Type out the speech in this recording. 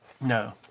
No